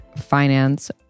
finance